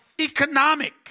economic